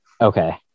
okay